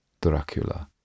Dracula